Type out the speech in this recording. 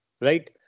Right